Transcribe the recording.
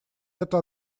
это